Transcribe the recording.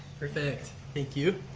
perfect, thank you.